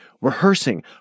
rehearsing